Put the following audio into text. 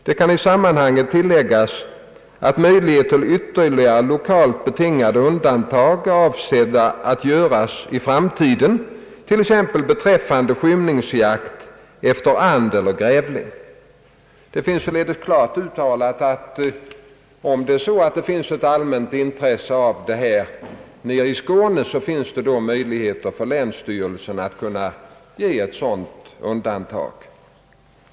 ——— Det kan i sammanhanget tilläggas att möjlighet till ytterligare lokalt betingade undantag är avsedda att göras i framtiden, t.ex. beträffande skymningsjakt efter and eller grävling.» Det finns således klart uttalat att om det exempelvis nere i Skåne är ett allmänt intresse att undantag skall göras härvidlag, så har länsstyrelsen möjlighet att medge sådant.